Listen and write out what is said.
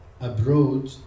abroad